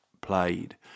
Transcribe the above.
played